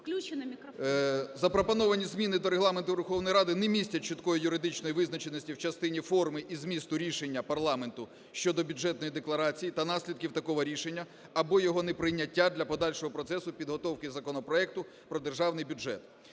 Запропоновані зміни до Регламенту Верховної Ради не містять чіткої юридичної визначеності в частині форми і змісту рішення парламенту щодо бюджетної декларації та наслідків такого рішення або його неприйняття для подальшого процесу підготовки законопроекту про Державний бюджет.